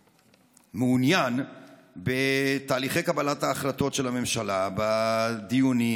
מעוניין בתהליכי קבלת ההחלטות של הממשלה בדיונים,